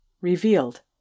revealed